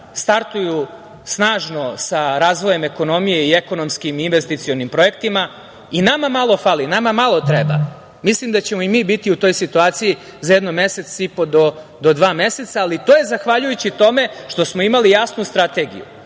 startuju snažno sa razvojem ekonomije i ekonomskim i investicionim projektima. Nama malo fali, nama malo treba. Mislim da ćemo i mi biti u toj situaciji za jedno mesec i po, do dva meseca, ali to je zahvaljujući tome što smo imali jasnu strategiju. Ako